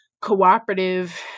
Cooperative